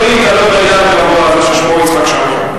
לא להיתלות באילן הגבוה הזה ששמו יצחק שמיר.